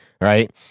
Right